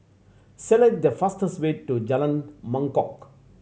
select the fastest way to Jalan Mangkok